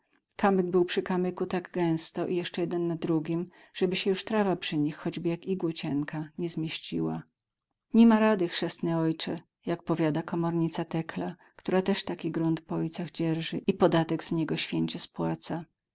kamyk był przy kamyku tak gęsto i jeszcze jeden na drugim żeby się już trawa przy nich choćby jak igła cienka nie zmieściła nima rady chrzestny ojcze jak powiada komornica tekla która też taki grunt po ojcach dzierży i podatek z niego święcie spłaca